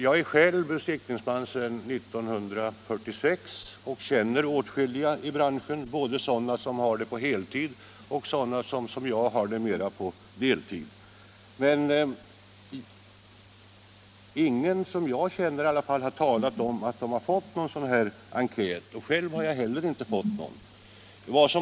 Jag är själv besiktningsman sedan 1946 och känner åtskilliga i branschen, både sådana som har uppdraget på heltid och sådana som liksom jag har det mera på deltid. Men ingen som jag känner har såvitt jag vet fått någon sådan här enkät, och själv har jag inte heller fått någon.